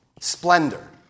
splendor